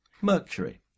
Mercury